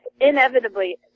inevitably